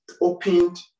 opened